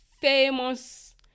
famous